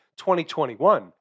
2021